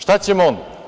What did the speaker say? Šta ćemo onda?